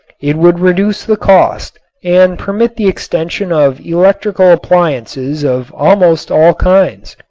it would reduce the cost and permit the extension of electrical appliances of almost all kinds.